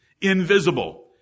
Invisible